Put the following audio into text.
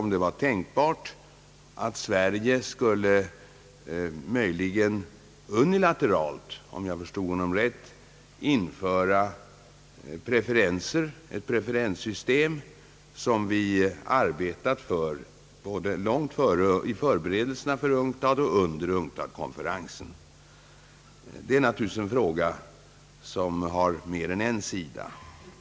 om det var tänkbart att Sverige unilateralt — om jag förstod honom rätt — skulle införa ett preferenssystem som vi arbetat för både under förberedelserna för UNCTAD-konferensen och under själva konferensen. Denna fråga har mer än en sida.